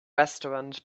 restaurant